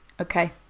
Okay